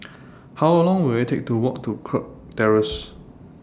How Long Will IT Take to Walk to Kirk Terrace